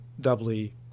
doubly